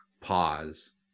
pause